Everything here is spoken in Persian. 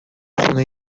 خونه